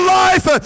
life